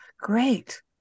Great